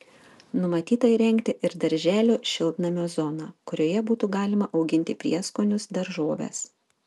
numatyta įrengti ir darželio šiltnamio zoną kurioje būtų galima auginti prieskonius daržoves